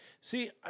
See